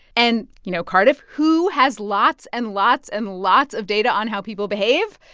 and, you know, cardiff, who has lots and lots and lots of data on how people behave?